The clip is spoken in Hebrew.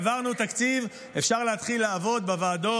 העברנו תקציב, אפשר להתחיל לעבוד בוועדות.